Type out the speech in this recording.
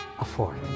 afford